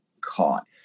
caught